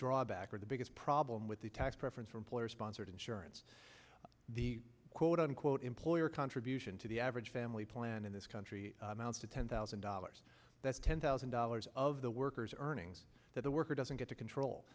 drawback or the biggest problem with the tax preference for employer sponsored insurance the quote unquote employer contribution to the average family plan in this country mounts a ten thousand dollars that's ten thousand dollars of the workers earnings that the worker doesn't get to control